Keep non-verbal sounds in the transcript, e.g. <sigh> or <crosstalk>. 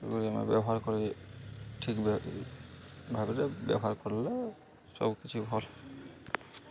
<unintelligible> ବ୍ୟବହାର କରି ଠିକ୍ ଭାବରେ ବ୍ୟବହାର କଲେ ସବୁ କିିଛି ଭଲ